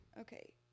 okay